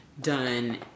done